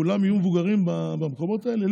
כולם יהיו מבוגרים במקומות האלה?